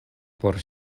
por